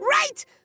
right